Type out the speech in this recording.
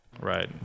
Right